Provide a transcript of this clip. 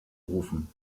rufen